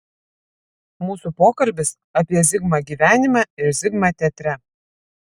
mūsų pokalbis apie zigmą gyvenime ir zigmą teatre